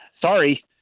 Sorry